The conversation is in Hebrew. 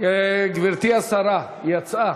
גברתי השרה, יצאה.